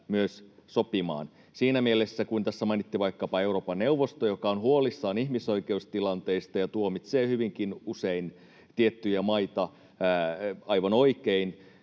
myös sopimaan. Siinä mielessä, kun tässä mainittiin vaikkapa Euroopan neuvosto, joka on huolissaan ihmisoikeustilanteista ja tuomitsee hyvinkin usein tiettyjä maita — aivan oikein